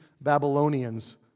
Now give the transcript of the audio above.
Babylonians